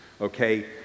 okay